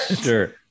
Sure